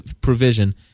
provision